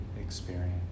experience